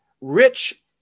rich